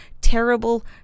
terrible